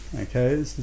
okay